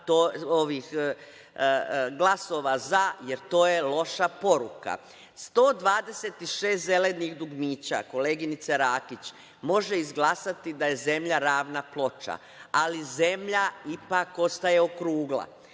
glasova za, jer je to loša poruka. Sto dvadeset šest zelenih dugmića, koleginice Rakić, može izglasati da je zemlja ravna ploča, ali zemlja ipak ostaje okrugla.